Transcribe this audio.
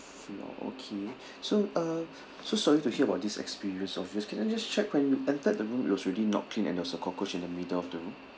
floor okay so uh so sorry to hear about this experience of yours can I just check when you entered the room it was already not clean and there was a cockroach in the middle of the room